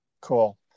Cool